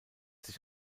sich